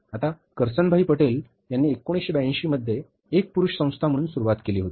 आता करसनभाई पटेल यांनी 1982 मध्ये एक पुरुष संस्था म्हणून सुरुवात केली होती